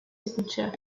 signature